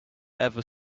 ever